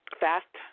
fast